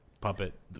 puppet